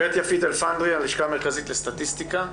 גב' יפית אלפנדרי, הלשכה המרכזית לסטטיסטיקה.